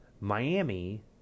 miami